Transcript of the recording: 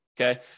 okay